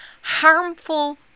harmful